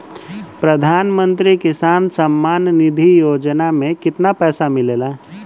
प्रधान मंत्री किसान सम्मान निधि योजना में कितना पैसा मिलेला?